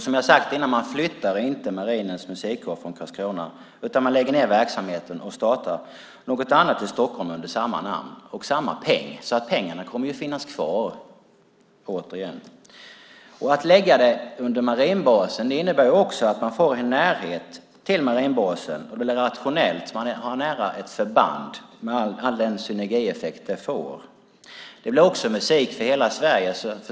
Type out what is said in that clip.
Som jag har sagt innan flyttar man inte Marinens musikkår från Karlskrona utan man lägger ned verksamheten och startar något annat i Stockholm under samma namn och med samma peng. Pengarna kommer ju att finnas kvar. Att lägga detta under marinbasen innebär också att man får en närhet till marinbasen. Det är rationellt. Man har ett förband nära, med all den synergieffekt det får. Det blir också musik för hela Sverige.